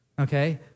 okay